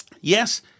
yes